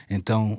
Então